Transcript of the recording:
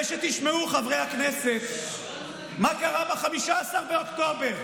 חברי הכנסת, כדאי שתשמעו מה קרה ב-15 באוקטובר.